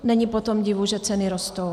Není potom divu, že ceny rostou.